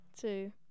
two